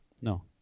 No